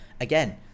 Again